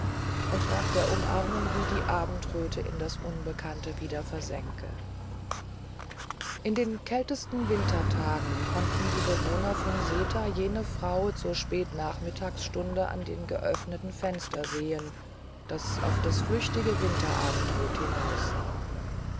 und nach der umarmung wie die abendröte in das unbekannte wieder versänke in den kältesten wintertagen konnten die bewohner von seta jene frau zur spätnachmittagstunde an dem geöffneten fenster sehen das auf das flüchtige winterabendrot hinaussah